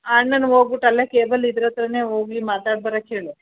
ಅಣ್ಣನ್ನ ಹೋಗಿಬಿಟ್ಟು ಅಲ್ಲೇ ಕೇಬಲ್ಲಿದ್ರ ಹತ್ರನೇ ಹೋಗಿ ಮಾತಾಡ್ಬರೋಕ್ ಹೇಳು